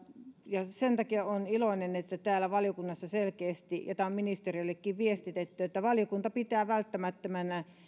ja sen takia olen iloinen että valiokunnassa selkeästi viestitettiin ja tämä on ministeriöllekin viestitetty että valiokunta pitää välttämättömänä